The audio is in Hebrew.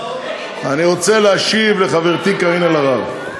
אני רוצה להשיב לחברתי קארין אלהרר.